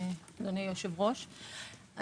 אדוני היושב-ראש,